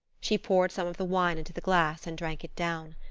she poured some of the wine into the glass and drank it down.